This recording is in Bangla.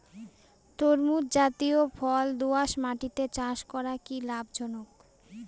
তরমুজ জাতিয় ফল দোঁয়াশ মাটিতে চাষ করা কি লাভজনক?